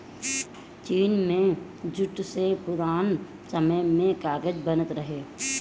चीन में जूट से पुरान समय में कागज बनत रहे